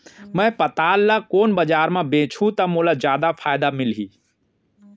मैं पताल ल कोन बजार म बेचहुँ त मोला जादा फायदा मिलही?